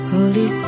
Holy